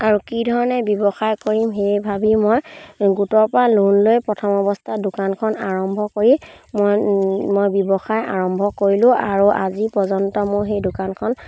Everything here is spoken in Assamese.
আৰু কি ধৰণে ব্যৱসায় কৰিম সেই ভাবি মই গোটৰ পৰা লোন লৈ প্ৰথম অৱস্থাত দোকানখন আৰম্ভ কৰি মই মই ব্যৱসায় আৰম্ভ কৰিলোঁ আৰু আজি পৰ্যন্ত মোৰ সেই দোকানখন